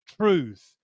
truth